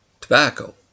tobacco